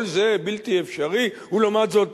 כל זה בלתי אפשרי, ולעומת זאת